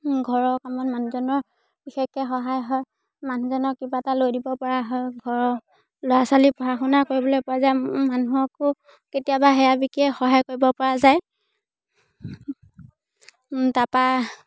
ঘৰৰ কামত মানুহজনৰ বিশেষকৈ সহায় হয় মানুহজনৰ কিবা এটা লৈ দিবপৰা হয় ঘৰৰ ল'ৰা ছোৱালী পঢ়া শুনা কৰিবলৈ পৰা যায় মানুহকো কেতিয়াবা সেয়া বিকীয়ে সহায় কৰিবপৰা যায় তাৰপৰা